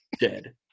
Dead